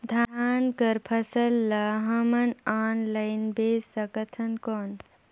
धान कर फसल ल हमन ऑनलाइन बेच सकथन कौन?